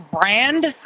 brand